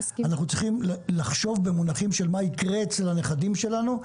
אנחנו צריכים לחשוב במונחים של מה יקרה אצל הנכדים שלנו,